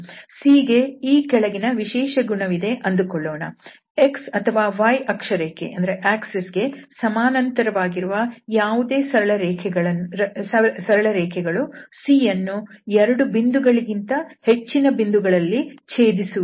C ಗೆ ಈ ಕೆಳಗಿನ ವಿಶೇಷ ಗುಣವಿದೆ ಎಂದು ಅಂದುಕೊಳ್ಳೋಣ x ಅಥವಾ y ಅಕ್ಷರೇಖೆಗೆ ಸಮಾನಾಂತರ ವಾಗಿರುವ ಯಾವುದೇ ಸರಳ ರೇಖೆಗಳು C ಯನ್ನು 2 ಬಿಂದುಗಳಿಗಿಂತ ಹೆಚ್ಚಿನ ಬಿಂದುಗಳಲ್ಲಿ ಛೇದಿಸುವುದಿಲ್ಲ